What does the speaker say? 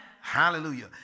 Hallelujah